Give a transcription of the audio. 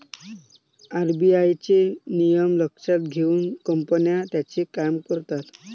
RBI चे नियम लक्षात घेऊन कंपन्या त्यांचे काम करतात